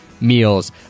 meals